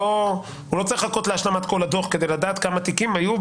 לא צריך לחכות להשלמת כל הדו"ח כדי לדעת כמה תיקים היו,